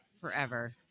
forever